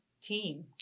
team